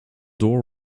door